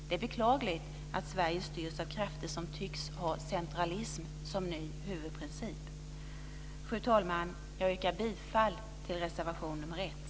Det är beklagligt att Sverige styrs av krafter som tycks ha centralism som ny huvudprincip. Fru talman! Jag yrkar bifall till reservation nr 1.